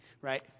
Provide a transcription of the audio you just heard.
right